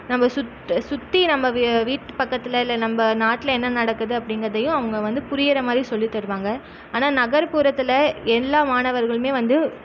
நம்ம சுற்று சுற்றி நம்ம வி வீட்டு பக்கத்தில் இல்லை நம்ம நாட்டில் என்ன நடக்குது அப்படிங்கிறதையும் அவங்க வந்து புரிகிற மாதிரி சொல்லி தருவாங்க ஆனால் நகர்புறத்தில் எல்லா மாணவர்களுமே வந்து